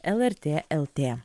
lrt lt